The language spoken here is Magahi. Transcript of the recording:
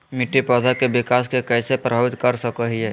मिट्टी पौधा के विकास के कइसे प्रभावित करो हइ?